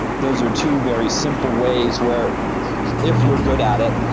those are two very simple ways where if you're good at it,